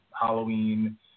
Halloween